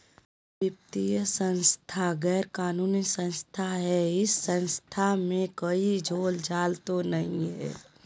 वित्तीय संस्था गैर कानूनी संस्था है इस संस्था में कोई झोलझाल तो नहीं है?